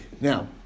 Now